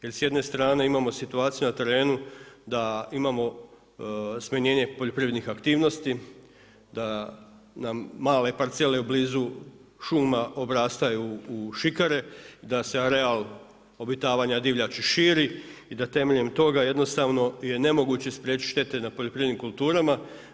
Jer s jedne strane imamo situaciju na terenu da imamo smanjenje poljoprivrednih aktivnosti, da nam male parcele blizu šuma obrastaju u šikare, da se areal obitavanja divljači širi i da temeljem toga je jednostavno nemoguće spriječiti štete na poljoprivrednim kulturama.